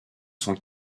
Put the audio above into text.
sont